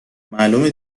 معلومه